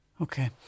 Okay